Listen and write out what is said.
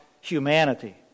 humanity